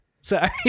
Sorry